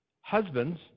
husbands